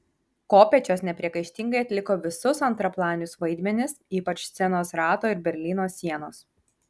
kopėčios nepriekaištingai atliko visus antraplanius vaidmenis ypač scenos rato ir berlyno sienos